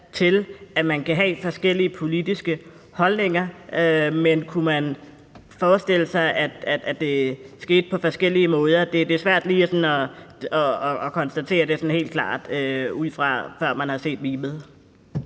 til, at man kan have forskellige politiske holdninger. Kunne man forestille sig, at det skete på forskellige måder? Det er svært sådan lige at konstatere det helt klart, før man har set memet.